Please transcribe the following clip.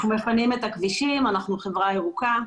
אנחנו מפנים את הכבישים, אנחנו חברה ירוקה.